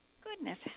Goodness